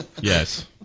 Yes